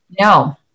No